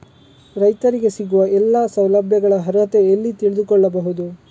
ರೈತರಿಗೆ ಸಿಗುವ ಎಲ್ಲಾ ಸೌಲಭ್ಯಗಳ ಅರ್ಹತೆ ಎಲ್ಲಿ ತಿಳಿದುಕೊಳ್ಳಬಹುದು?